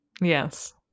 Yes